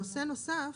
נושא נוסף,